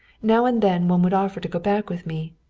now and then one would offer to go back with me.